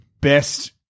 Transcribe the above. best